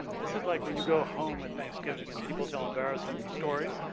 this is like when you go home at thanksgiving and people tell embarrassing stories,